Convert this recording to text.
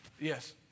Yes